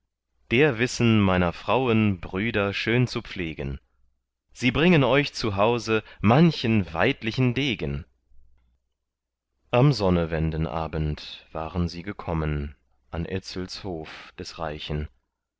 der wissen meiner frauen brüder schön zu pflegen sie bringen euch zu hause manchen weidlichen degen am sonnewendenabend waren sie gekommen an etzels hof des reichen